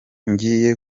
ngiye